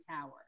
tower